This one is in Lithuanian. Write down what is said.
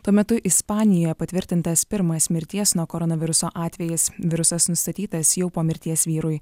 tuo metu ispanijoje patvirtintas pirmas mirties nuo koronaviruso atvejis virusas nustatytas jau po mirties vyrui